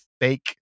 fake